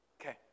Okay